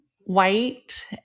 white